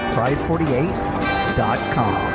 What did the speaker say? Pride48.com